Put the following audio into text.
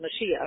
Mashiach